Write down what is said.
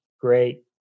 great